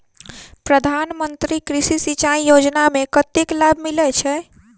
प्रधान मंत्री कृषि सिंचाई योजना मे कतेक लाभ मिलय छै?